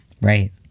Right